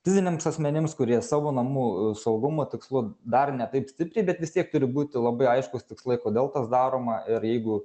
fiziniams asmenims kurie savo namų saugumo tikslu dar ne taip stipriai bet vis tiek turi būti labai aiškūs tikslai kodėl tas daroma ir jeigu